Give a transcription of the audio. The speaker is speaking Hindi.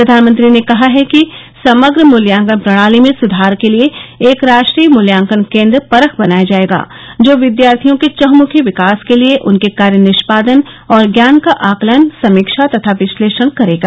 प्रधानमंत्री ने कहा है कि समग्र मूल्यांकन प्रणाली में सुधार के लिए एक राष्ट्रीय मूल्यांकन केन्द्र परख बनाया जाएगा जो विद्यार्थियों के चहुमुखी विकास के लिए उनके कार्य निष्पादन और ज्ञान का आकलन समीक्षा तथा विश्लेषण करेगा